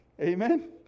Amen